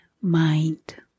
mind